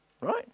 right